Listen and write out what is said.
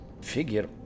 figure